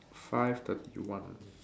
five thirty one